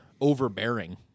overbearing